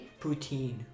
Poutine